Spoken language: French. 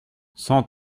cent